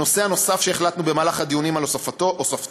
הנושא הנוסף שהחלטנו במהלך הדיונים על הוספתו